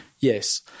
Yes